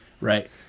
right